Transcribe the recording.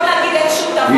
במקום להגיד שאין שום דבר,